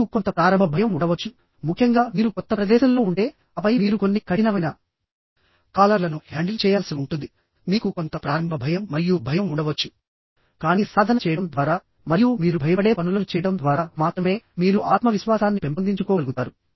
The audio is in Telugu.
మీకు కొంత ప్రారంభ భయం ఉండవచ్చు ముఖ్యంగా మీరు కొత్త ప్రదేశంలో ఉంటే ఆపై మీరు కొన్ని కఠినమైన కాలర్లను హ్యాండిల్ చేయాల్సి ఉంటుంది మీకు కొంత ప్రారంభ భయం మరియు భయం ఉండవచ్చు కానీ సాధన చేయడం ద్వారా మరియు మీరు భయపడే పనులను చేయడం ద్వారా మాత్రమే మీరు ఆత్మవిశ్వాసాన్ని పెంపొందించుకోగలుగుతారు